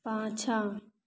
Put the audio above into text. पाछाँ